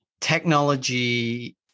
technology